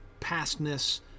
pastness